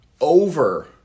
over